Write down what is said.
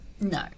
no